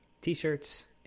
t-shirts